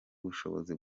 ubushobozi